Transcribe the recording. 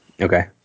Okay